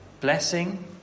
blessing